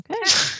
Okay